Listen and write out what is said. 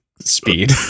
Speed